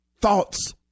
thoughts